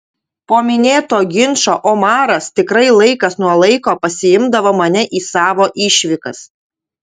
po minėto ginčo omaras tikrai laikas nuo laiko pasiimdavo mane į savo išvykas